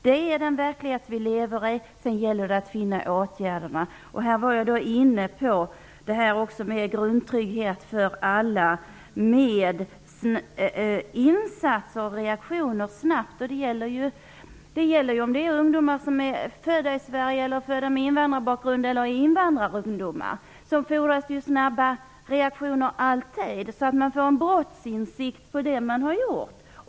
Det är den verklighet vi lever i. Det gäller att finna åtgärderna. Jag var tidigare inne på frågan om grundtrygghet för alla genom snabba insatser. Det gäller vare sig det är ungdomar som är födda i Sverige, har invandarbakgrund eller är invandrare. Det fordras alltid snabba reaktioner så att man får en brottsinsikt på det man har gjort.